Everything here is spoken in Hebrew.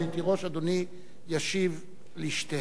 אדוני ישיב לשתיהן.